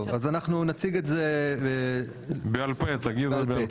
טוב, אז אנחנו נציג את זה בעל פה.